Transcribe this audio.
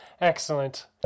Excellent